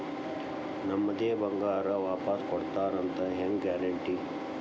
ನಮ್ಮದೇ ಬಂಗಾರ ವಾಪಸ್ ಕೊಡ್ತಾರಂತ ಹೆಂಗ್ ಗ್ಯಾರಂಟಿ?